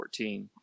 2014